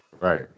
Right